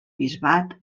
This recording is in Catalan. bisbat